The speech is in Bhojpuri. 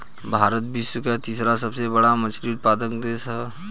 भारत विश्व के तीसरा सबसे बड़ मछली उत्पादक देश ह